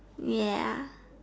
ya